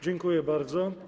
Dziękuję bardzo.